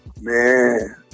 Man